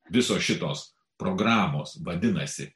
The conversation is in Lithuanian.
visos šitos programos vadinasi